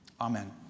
amen